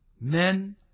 Men